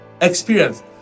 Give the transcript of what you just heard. experience